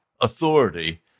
authority